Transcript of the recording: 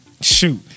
shoot